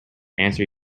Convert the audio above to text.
answer